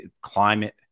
climate